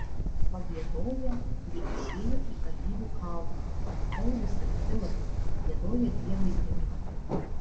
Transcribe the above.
pagiedoję jie išėjo į alyvų kalną paulius ir silas giedojo dievui himną